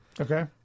okay